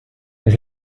mis